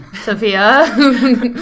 Sophia